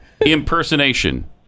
impersonation